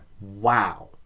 wow